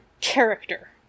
character